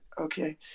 Okay